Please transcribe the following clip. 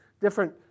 different